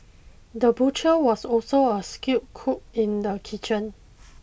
the butcher was also a skilled cook in the kitchen